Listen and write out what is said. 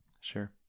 Sure